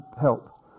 help